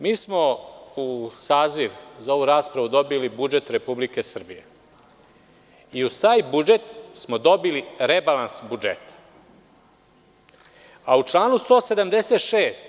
Mi smo uz saziv za ovu raspravu dobili i budžet Republike Srbije i uz taj budžet smo dobili rebalans budžeta, a u članu 176.